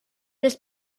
les